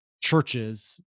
churches